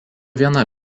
viena